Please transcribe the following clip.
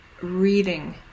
reading